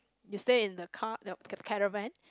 you stay in the car the car~ caravan